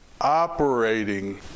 operating